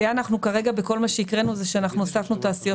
כרגע כל מה שהקראנו זה הוספה של תעשיות